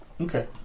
Okay